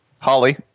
Holly